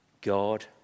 God